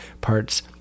parts